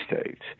States